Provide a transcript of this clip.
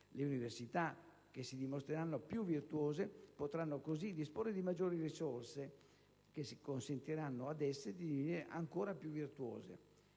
Le università che si dimostreranno più virtuose potranno così disporre di maggiori risorse, che consentiranno ad esse di diventare ancora più virtuose.